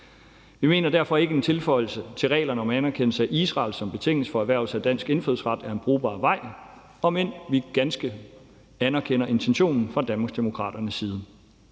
Vi mener derfor ikke, at en tilføjelse til reglerne om anerkendelse af Israel som betingelse for erhvervelse af dansk indfødsret er en brugbar vej, om end vi ganske anerkender intentionen fra Danmarksdemokraternes side.